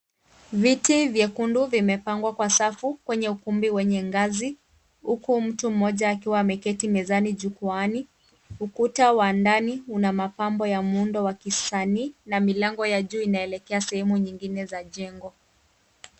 Viti vyekundu vimepangwa kwa safu kwenye ukumbi wa ngazi huku mtu mmoja akiwa ameketi mezani jukwaani. Ukuta wa ndani una mapambo ya muundo wa kisanii na milango ya juu inaelekea sehemu nyingine za jengo.